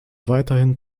weiterhin